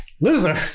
loser